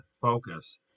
focus